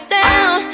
down